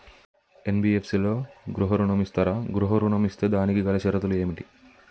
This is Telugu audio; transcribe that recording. ఎన్.బి.ఎఫ్.సి లలో గృహ ఋణం ఇస్తరా? గృహ ఋణం ఇస్తే దానికి గల షరతులు ఏమిటి?